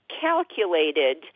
calculated